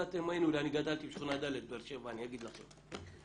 אני גדלתי בשכונה ד בבאר שבע, אני אגיד לכם.